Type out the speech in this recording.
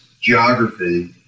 geography